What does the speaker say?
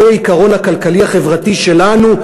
שהוא העיקרון הכלכלי-החברתי שלנו,